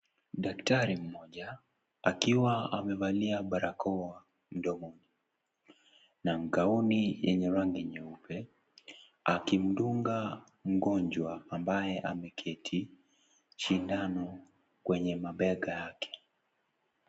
Daktari mmoja akiwa amevalia barakoa mdomoni na gaoni yenye rangi nyeupe akimdunga mgonjwa ambaye ameketi sindano kwenye mabega yake.